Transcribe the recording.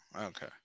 Okay